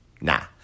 Nah